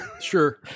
Sure